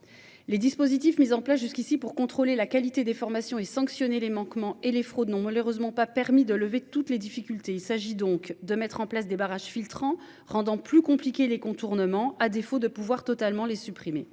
Les dispositifs mis en place jusqu'ici pour contrôler la qualité des formations et sanctionner les manquements et les fraudes n'ont malheureusement pas permis de lever toutes les difficultés. Il s'agit donc de mettre en place des barrages filtrants, rendant plus compliqué les contournements. À défaut de pouvoir totalement les supprimer